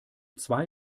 zwei